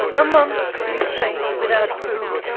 a month, you say, without food?